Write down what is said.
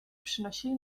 przynosili